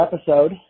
episode